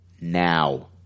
now